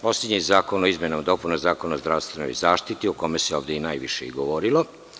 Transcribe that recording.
Poslednji je zakon o izmenama i dopunama Zakona o zdravstvenoj zaštiti o kome se ovde najviše i govorilo.